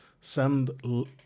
Send